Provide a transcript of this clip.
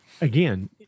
again